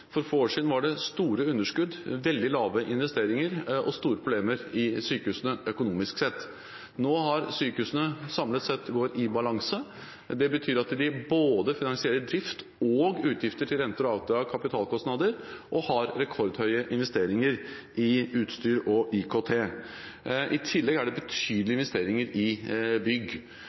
For få år siden var det store underskudd, veldig lave investeringer og store problemer i sykehusene økonomisk sett. Nå går sykehusene samlet sett i balanse. Det betyr at de både finansierer drift og utgifter til renter og avdrag, kapitalkostnader, og gjør rekordhøye investeringer i utstyr og IKT. I tillegg gjøres det betydelige investeringer i bygg.